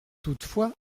toutefois